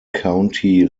county